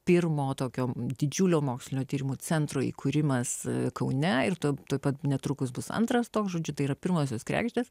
pirmo tokio didžiulio mokslinio tyrimo centro įkūrimas kaune ir tuoj tuoj pat netrukus bus antras toks žodžiu tai yra pirmosios kregždės